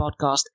podcast